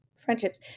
Friendships